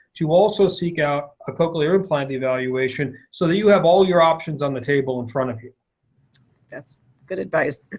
to also seek out a cochlear implant evaluation so that you have all your options on the table in front of you. nancy that's good advice.